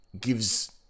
gives